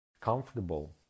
comfortable